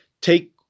take